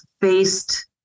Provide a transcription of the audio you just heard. faced